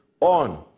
on